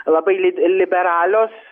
labai li liberalios